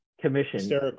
commission